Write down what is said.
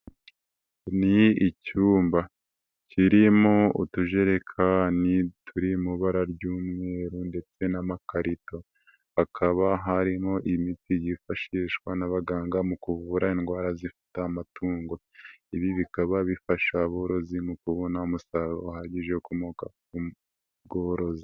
Ni icyumba kirimo utujerekani turi mu ibara ry'umweru ndetse n'amakarito, hakaba harimo imiti yifashishwa n'abaganga mu kuvura indwara zifate amatungo. Ibi bikaba bifasha aborozi mu kubona umusaruro uhagije ukomoka ku bworozi.